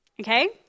okay